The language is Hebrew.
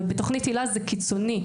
ובתוכנית היל"ה זה קיצוני.